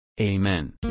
Amen